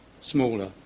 smaller